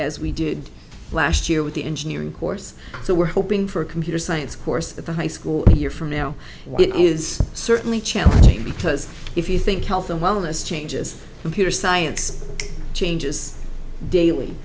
as we did last year with the engineering course so we're hoping for a computer science course at the high school year from now it is certainly challenging because if you think health and wellness changes computer science changes daily